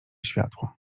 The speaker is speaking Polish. światło